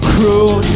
Cruel